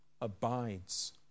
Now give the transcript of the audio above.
abides